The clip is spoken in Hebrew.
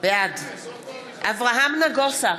בעד אברהם נגוסה,